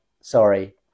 sorry